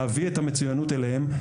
להביא את המצוינות אליהם,